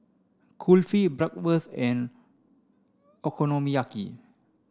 Kulfi Bratwurst and Okonomiyaki